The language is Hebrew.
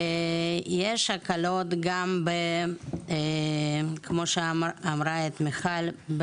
יש גם הקלות כמו שאמרה מיכל,